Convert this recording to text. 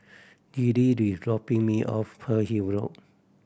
Liddie is dropping me off Pearl Hill Road